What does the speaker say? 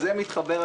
בסדר, זה הכול.